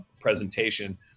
presentation